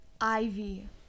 Ivy